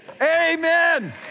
amen